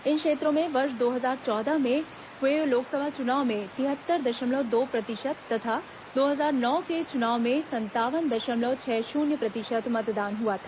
इन क्षेत्रों में वर्ष दो हजार चौदह में हुए लोकसभा चुनाव में तिहत्तर दशमलव दो प्रतिशत तथा दो हजार नौ के चुनाव में संतावन दशमलव छह शून्य प्रतिशत मतदान हुआ था